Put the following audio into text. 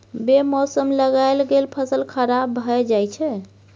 बे मौसम लगाएल गेल फसल खराब भए जाई छै